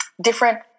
different